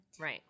Right